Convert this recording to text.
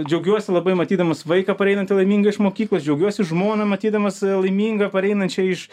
džiaugiuosi labai matydamas vaiką pareinantį laimingą iš mokyklos džiaugiuosi žmoną matydamas laimingą pareinančią iš